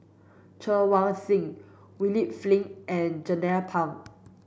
Chen Wen Hsi William Flint and Jernnine Pang